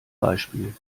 beispiel